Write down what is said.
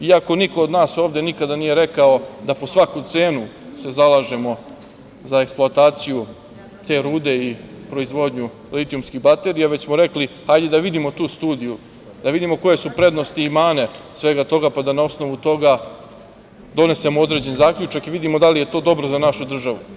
Iako niko od nas nije ovde nikada nije rekao da po svaku cenu se zalažemo za eksploataciju te rude i proizvodnju litijumskih baterija, već smo rekli - hajde da vidimo tu studiju, da vidimo koje su prednosti i mane svega toga, pa da na osnovu toga donesemo određen zaključak i vidimo da li je to dobro za našu državu.